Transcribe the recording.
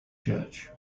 church